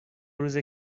روزه